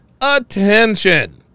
Attention